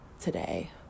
today